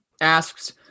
asks